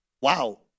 wow